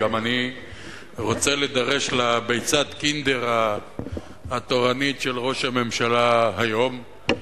וגם אני רוצה להידרש ל"ביצת קינדר" התורנית של ראש הממשלה היום.